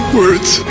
words